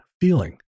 feeling